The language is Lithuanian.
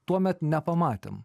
tuomet nepamatėm